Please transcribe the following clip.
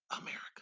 America